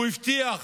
הוא הבטיח